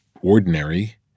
ordinary